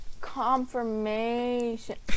confirmation